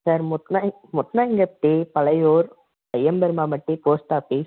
sir முட்லைன் முட்லைன் பலையூர் அய்யம்பெருமாமட்டி post office